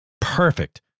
perfect